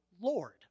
Lord